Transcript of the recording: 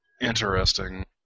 Interesting